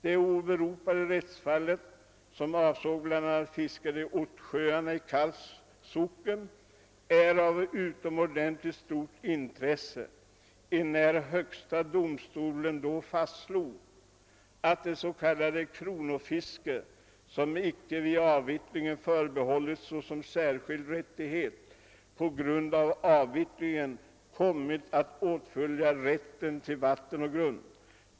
Det åberopade rättsfallet, som avsåg bl.a. fisket i Ottsjöarna i Kalls socken, är av utomordentligt stort intresse, enär Högsta Domstolen då fastslog, att ett s.k. kronofiske, som icke vid avvittringen förbehållits såsom särskild rättighet, på grund av avvittringen kommit att åtfölja rätten till vatten och grund.